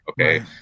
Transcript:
okay